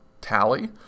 tally